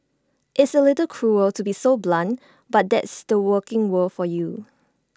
it's A little cruel to be so blunt but that's the working world for you